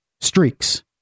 streaks